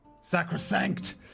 Sacrosanct